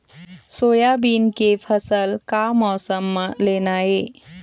Soybean के फसल का मौसम म लेना ये?